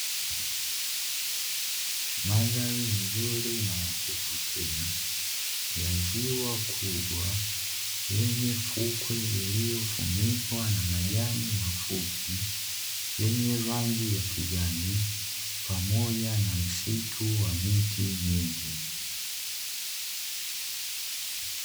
Mandhari nzuri na ya kuvutia ya ziwa kubwa yenye fukwe iliyofunikwa na majani mafupi yenye rangi ya kijani, pamoja na msitu wa miti mingi.